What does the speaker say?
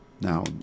Now